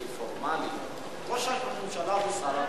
כי פורמלית ראש הממשלה הוא שר הבריאות,